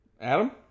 Adam